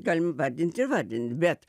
galim vardint ir vardint bet